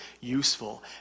useful